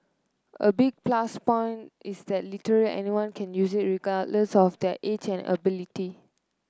a big plus point is that literally anyone can use it regardless of their age and ability